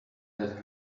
that